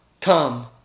come